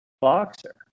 boxer